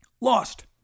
Lost